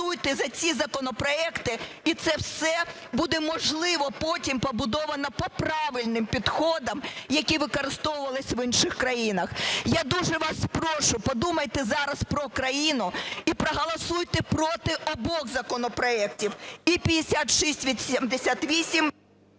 проголосуйте за ці законопроекти і це все буде можливо потім побудовано по правильним підходам, які використовувалися в інших країнах. Я дуже вас прошу, подумайте зараз про країну і проголосуйте проти обох законопроектів – і 5688...